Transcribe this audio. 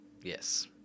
Yes